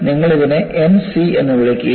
നിങ്ങൾ ഇതിനെ N c എന്ന് വിളിക്കുന്നു